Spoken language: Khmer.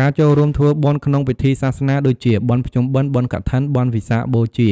ការចូលរួមធ្វើបុណ្យក្នុងពិធីសាសនា ដូចជា បុណ្យភ្ជុំបិណ្ឌ បុណ្យកឋិន បុណ្យវិសាខបូជា